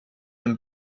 een